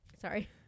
Sorry